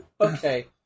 Okay